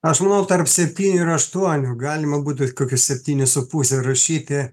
aš manau tarp septynių ir aštuonių galima būtų kokius septynis su puse rašyti